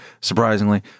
surprisingly